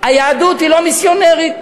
היהדות היא לא מיסיונרית.